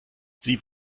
sie